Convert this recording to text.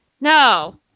no